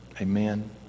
Amen